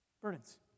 burdens